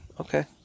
Okay